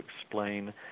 explain